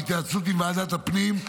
בהתייעצות עם ועדת הפנים,